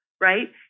right